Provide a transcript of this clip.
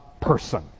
person